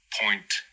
point